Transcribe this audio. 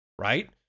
right